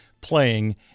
playing